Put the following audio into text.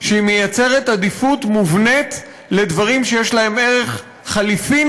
מייצרת עדיפות מובנית לדברים שיש להם ערך חליפין